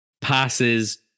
passes